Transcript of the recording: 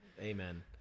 amen